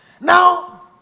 Now